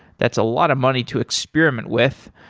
that's a lot of money to experiment with.